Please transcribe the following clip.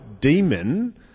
demon